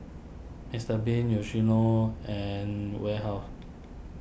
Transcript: Mister Bean Yoshino and Warehouse